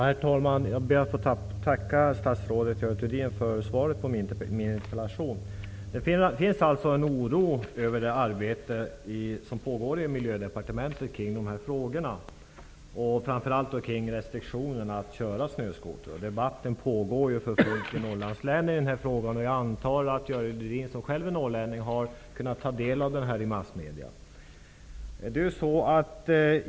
Herr talman! Jag ber att få tacka statsrådet Görel Thurdin för svaret på min interpellation. Det finns en oro över det arbete som pågår i Miljödepartementet kring dessa frågor. Det gäller framför allt kring restriktionerna att köra snöskoter. Debatten pågår för fullt i Norrlandslänen i den här frågan. Jag antar att Görel Thurdin, som själv är norrlänning, har kunnat ta del av den i massmedierna.